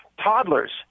toddlers